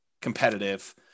competitive